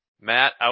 Matt